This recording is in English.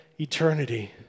eternity